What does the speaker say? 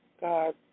God